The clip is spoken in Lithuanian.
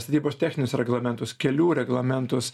statybos techninius reglamentus kelių reglamentus